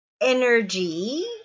energy